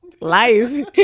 life